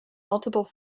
multiple